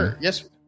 Yes